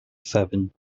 seven